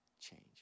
change